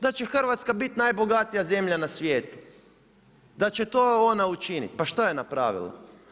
Da će Hrvatska biti najbogatija zemlja na svijetu, da će to ona učiniti, pa što je napravila?